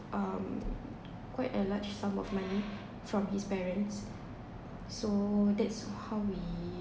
um quite a large sum of money from his parents so that's how we